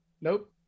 Nope